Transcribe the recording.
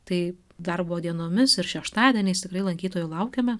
tai darbo dienomis ir šeštadieniais tikrai lankytojų laukiame